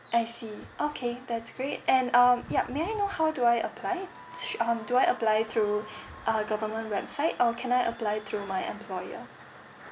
I see okay that's great and um yup may I know how do I apply to um do I apply through uh government website or can I apply through my employer